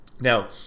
Now